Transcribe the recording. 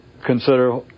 consider